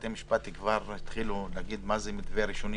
בתי המשפט כבר התחילו להגיד מה זה מתווה ראשוני?